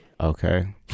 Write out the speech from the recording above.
Okay